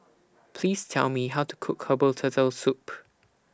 Please Tell Me How to Cook Herbal Turtle Soup